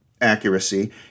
accuracy